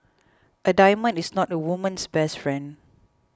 a diamond is not a woman's best friend